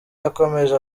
yakomeje